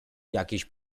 jakiejś